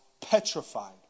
petrified